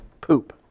poop